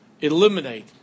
eliminate